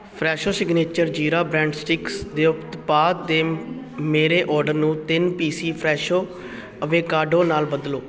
Fresho signature jeera bread sticks ਦੇ ਉਤਪਾਦ ਦੇ ਮੇਰੇ ਔਡਰ ਨੂੰ ਤਿੰਨ ਪੀਸੀ ਫ੍ਰੇਸ਼ੋ ਅਵੇਕਾਡੋ ਨਾਲ ਬਦਲੋ